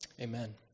Amen